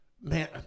Man